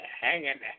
hanging